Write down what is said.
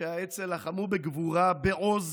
אנשי האצ"ל לחמו בגבורה, בעוז,